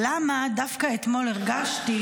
למה דווקא אתמול הרגשתי